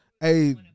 hey